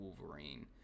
wolverine